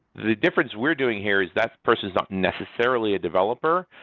the difference we're doing here is that person is not necessarily a developer,